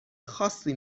خاصی